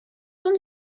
sans